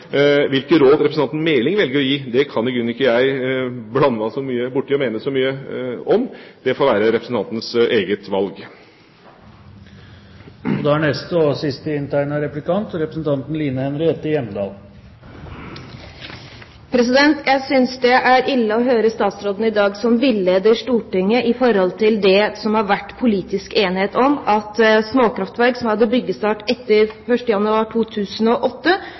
Hvilke råd representanten Meling velger å gi, kan i grunnen ikke jeg blande meg så mye borti og mene så mye om. Det får være representantens eget valg. Line Henriette Hjemdal – til oppfølgingsspørsmål. Jeg synes det er ille å høre statsråden i dag, som villeder Stortinget i forhold til det det har vært politisk enighet om, at småkraftverk som hadde byggestart etter 1. januar